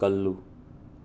ꯀꯜꯂꯨ